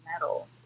metal